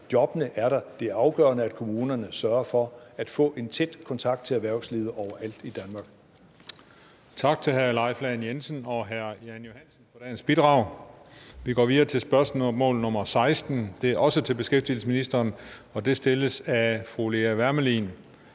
jobbene er der. Det er afgørende, at kommunerne sørger for at få en tæt kontakt til erhvervslivet overalt i Danmark.